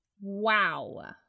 Wow